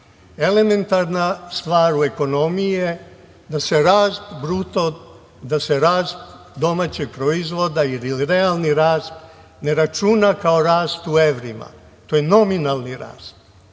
elementarna stvar u ekonomiji je da se rast domaćeg proizvoda, ili realni rast ne računa kao rast u evrima, to je nominalni rast